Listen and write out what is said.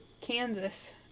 Kansas